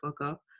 up